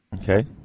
Okay